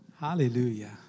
Hallelujah